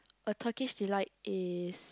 a Turkish delight is